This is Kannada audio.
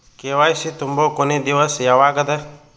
ಕೆ.ವೈ.ಸಿ ತುಂಬೊ ಕೊನಿ ದಿವಸ ಯಾವಗದ?